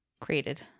created